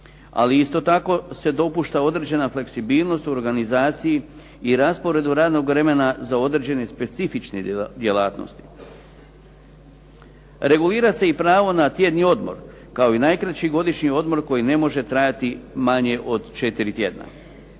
ali isto tako se dopušta određena fleksibilnost u organizaciji i rasporedu radnog vremena za određene specifične djelatnosti. Regulira se i pravo na tjedni odmor kao i najkraći godišnji odmor koji ne može trajati manje od četiri tjedna.